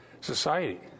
society